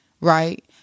Right